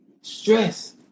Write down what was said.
stress